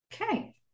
okay